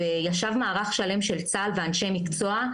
וישב מערך שלם של צה"ל ואנשי מקצוע,